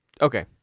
Okay